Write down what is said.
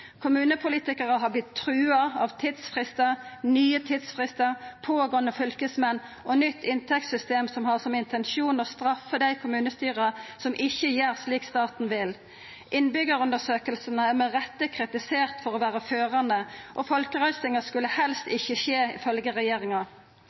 Kommunepolitikarar har vorte trua av tidsfristar, nye tidsfristar, pågåande fylkesmenn og nytt inntektssystem som har som intensjon å straffa dei kommunestyra som ikkje gjer som staten vil. Innbyggjarundersøkingane er med rette kritiserte for å vera førande, og folkerøystingar skulle helst